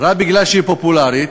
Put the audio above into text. רק מפני שהיא פופולרית,